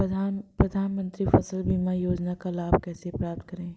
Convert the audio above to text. प्रधानमंत्री फसल बीमा योजना का लाभ कैसे प्राप्त करें?